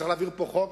צריך להעביר חוק,